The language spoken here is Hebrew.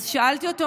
אז שאלתי אותו,